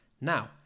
now